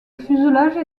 fuselage